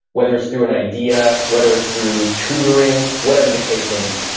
whether it's through an idea, whether it's through tutoring, whatever the case may be.